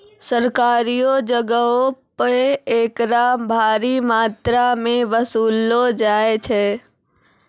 सरकारियो जगहो पे एकरा भारी मात्रामे वसूललो जाय छै